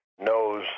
knows